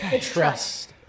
Trust